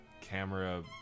camera